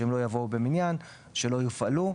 כדי שהן לא יבואו במניין ושלא יופעלו,